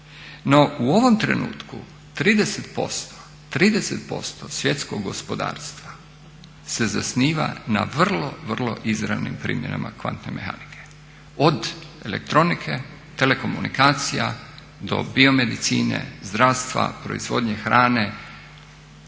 u ovom trenutku 30% svjetskog gospodarstvo se zasniva na vrlo, vrlo izravnim primjenama kvantne mehanike, od elektronike, telekomunikacija do biomedicine, zdravstva, proizvodnje hrane.